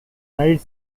united